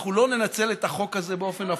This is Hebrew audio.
אנחנו לא ננצל את החוק הזה באופן הפוך.